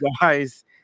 Guys